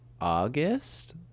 August